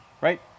right